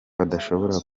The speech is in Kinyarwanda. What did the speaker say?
adashobora